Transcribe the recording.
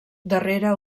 darrere